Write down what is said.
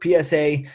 PSA